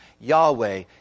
Yahweh